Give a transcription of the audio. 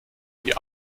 die